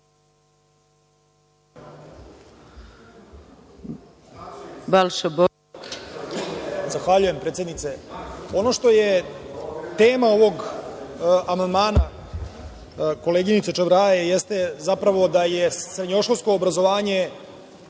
Zahvaljujem, predsednice. Tema ovog amandmana koleginice Čabraje jeste zapravo da je srednjoškolsko obrazovanje